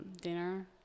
dinner